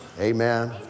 Amen